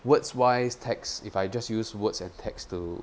words wise text if I just use words and text to